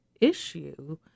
issue